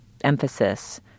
emphasis